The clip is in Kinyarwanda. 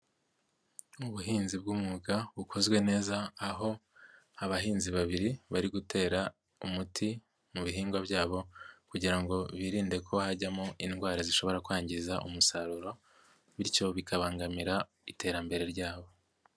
Ubuhinzi bw'umwuga, bukozwe neza, aho abahinzi babiri, bari gutera umuti mu bihingwa byabo kugira ngo birinde ko hajyamo indwara zishobora kwangiza umusaruro, bityo bikabangamira iterambere ryabo.